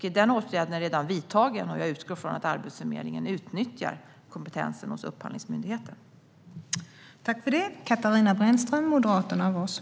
Denna åtgärd är redan vidtagen, och jag utgår från att Arbetsförmedlingen utnyttjar Upphandlingsmyndighetens kompetens.